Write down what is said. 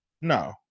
no